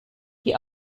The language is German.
die